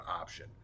option